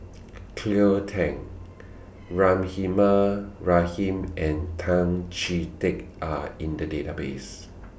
Cleo Thang Rahimah Rahim and Tan Chee Teck Are in The Database